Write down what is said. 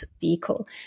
vehicle